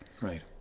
Right